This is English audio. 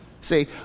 See